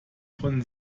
von